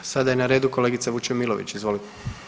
A sada je na redu kolegica Vučemilović, izvolite.